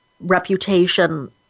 reputation